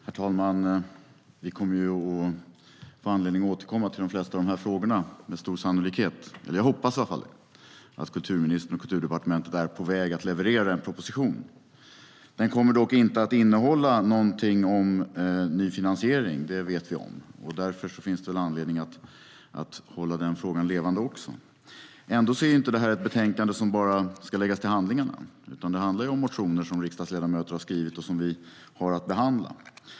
Herr talman! Vi kommer med stor sannolikhet att få anledning att återkomma till de flesta av de här frågorna. Jag hoppas i alla fall att kulturministern och Kulturdepartementet är på väg att leverera en proposition. Den kommer dock inte att innehålla någonting om ny finansiering; det vet vi om. Därför finns det väl anledning att hålla den frågan levande. Ändå är inte det här ett betänkande som bara ska läggas till handlingarna, utan det handlar om motioner som riksdagsledamöter har skrivit och som vi har att behandla.